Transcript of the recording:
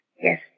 Yes